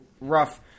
rough